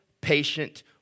patient